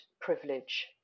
privilege